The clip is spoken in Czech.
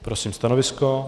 Prosím stanovisko.